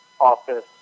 office